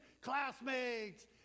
classmates